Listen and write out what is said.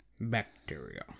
bacteria